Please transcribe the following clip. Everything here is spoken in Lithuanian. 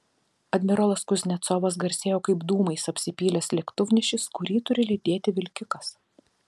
admirolas kuznecovas garsėjo kaip dūmais apsipylęs lėktuvnešis kurį turi lydėti vilkikas